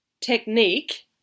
technique